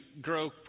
grow